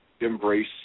embrace